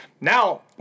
now